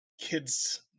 kids